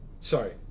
sorry